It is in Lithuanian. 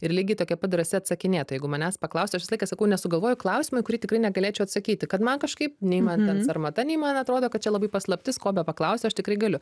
ir lygiai tokia pat drąsi atsakinėt tai jeigu manęs paklausia aš visą laiką sakau nesugalvoju klausimo į kurį tikrai negalėčiau atsakyti kad man kažkaip nei man ten sarmata nei man atrodo kad čia labai paslaptis kobe paklausia aš tikrai galiu